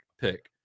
pick